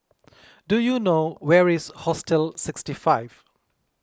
do you know where is Hostel sixty five